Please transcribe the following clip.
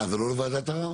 אה, זה לא לוועדת ערר?